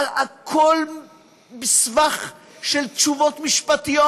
הכול בסבך של תשובות משפטיות.